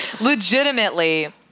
Legitimately